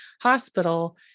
hospital